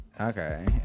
Okay